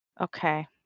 Okay